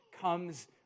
comes